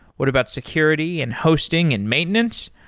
what about security and hosting and maintenance?